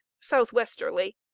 southwesterly